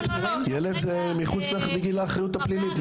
ילד זה מחוץ לגיל האחריות הפלילית.